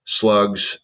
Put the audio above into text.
slugs